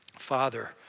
Father